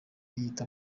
yita